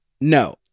No